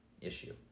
issue